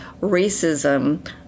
racism